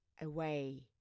away